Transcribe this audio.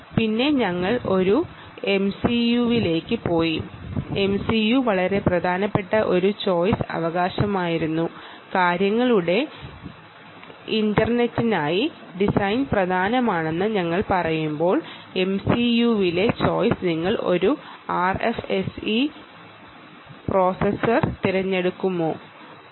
പിന്നെ ഞങ്ങൾ ഒരു എംസിയുവിലേക്ക് പോയി ഇൻറ്റർ നെറ്റ് ഓഫ് തിങ്ങ്സിനായി ഡിസൈൻ പ്രധാനമാണെന്ന് ഞങ്ങൾ പറയുമ്പോൾ എംസിയുവിലെ ചോയ്സായി നിങ്ങൾ ഒരു RISC പ്രോസസർ തിരഞ്ഞെടുക്കുമോ അതോ SISC